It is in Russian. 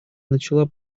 начала